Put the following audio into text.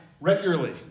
regularly